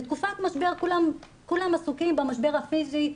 בתקופת משבר כולם עסוקים במשבר הפיזי,